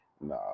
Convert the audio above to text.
Nah